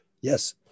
Yes